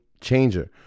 changer